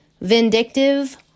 Vindictive